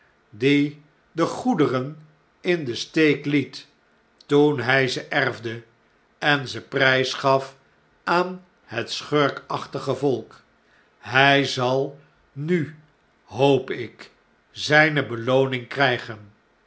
die de goederen in den steek liet toen hij ze erfde en ze prijsgaf aan het schurkachtige volk hij zal nu hoop ik zgne belooning krjgen